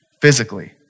physically